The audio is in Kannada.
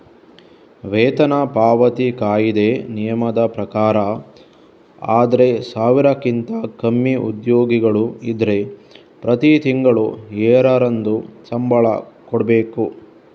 ವೇತನ ಪಾವತಿ ಕಾಯಿದೆ ನಿಯಮದ ಪ್ರಕಾರ ಆದ್ರೆ ಸಾವಿರಕ್ಕಿಂತ ಕಮ್ಮಿ ಉದ್ಯೋಗಿಗಳು ಇದ್ರೆ ಪ್ರತಿ ತಿಂಗಳು ಏಳರಂದು ಸಂಬಳ ಕೊಡ್ಬೇಕು